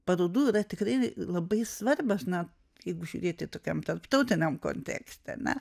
parodų yra tikrai labai svarbios na jeigu žiūrėti tokiam tarptautiniam kontekste ane